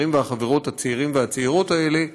החברים והחברות הצעירים והצעירות האלה,